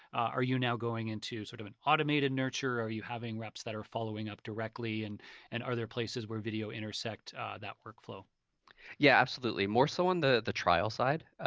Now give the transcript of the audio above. are you now going into sort of an automated nurture? are you having reps that are following up directly? and and are there places where video intersect that workflow? v yeah, absolutely, more so on the the trial side.